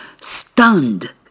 stunned